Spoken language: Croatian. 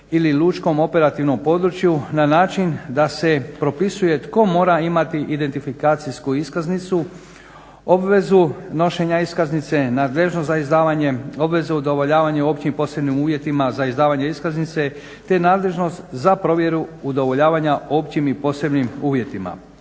ili lučkom operativnom području na način da se propisuje tko mora imati identifikacijsku iskaznicu, obvezu nošenja iskaznice, nadležnost za izdavanje obveze, udovoljavanje općim posebnim uvjetima za izdavanje iskaznice te nadležnost za provjeru udovoljavanja općim i posebnim uvjetima.